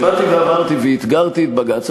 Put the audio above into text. אולמרט, ובאתי ואמרתי ואתגרתי את בג"ץ.